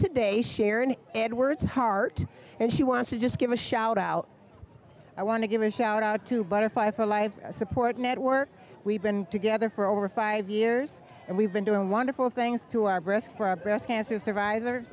today sharon edwards heart and she wants to just give a shout out i want to give a shout out to butterfly for life support network we've been together for over five years and we've been doing wonderful things to our breast for breast cancer survivors